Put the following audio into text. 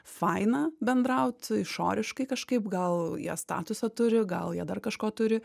faina bendraut išoriškai kažkaip gal jie statusą turi gal jie dar kažko turi